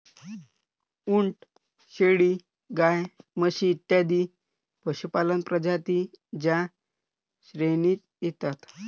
उंट, शेळी, गाय, म्हशी इत्यादी पशुपालक प्रजातीं च्या श्रेणीत येतात